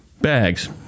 bags